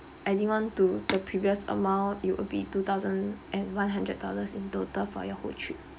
adding on to the previous amount it'll be two thousand and one hundred dollars in total for your whole trip